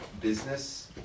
business